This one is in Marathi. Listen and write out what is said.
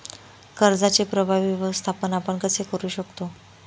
कर्जाचे प्रभावी व्यवस्थापन आपण कसे करु शकतो?